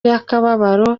y’akababaro